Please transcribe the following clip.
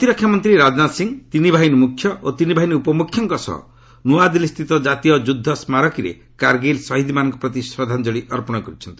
ପ୍ରତିରକ୍ଷା ମନ୍ତ୍ରୀ ରାଜନାଥ ସିଂହ ତିନି ବାହିନୀ ମୁଖ୍ୟ ଓ ତିନି ବାହିନୀ ଉପମୁଖ୍ୟଙ୍କ ସହ ନୂଆଦିଲ୍ଲୀ ସ୍ଥିତ ଜାତୀୟ ଯୁଦ୍ଧ ସ୍ମାରକୀରେ କାର୍ଗୀଲ୍ ଶହୀଦ୍ମାନଙ୍କ ପ୍ରତି ଶ୍ରଦ୍ଧାଞ୍ଜଳୀ ଅର୍ପଣ କରିଛନ୍ତି